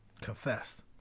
Confessed